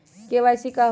KYC का होला?